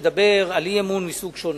לדבר על אי-אמון מסוג שונה.